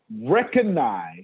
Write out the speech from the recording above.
recognize